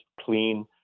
clean